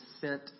sent